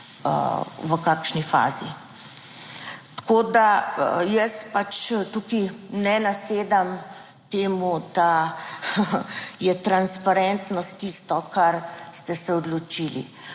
v kakšni fazi. Tako da, jaz pač tukaj ne nasedam temu, da je transparentnost tisto, kar ste se odločili.